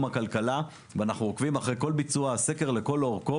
הכלכלה ואנחנו עוקבים אחרי כל ביצוע הסקר לכל אורכו,